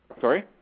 Sorry